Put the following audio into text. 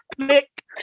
click